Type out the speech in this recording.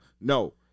No